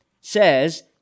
says